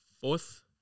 fourth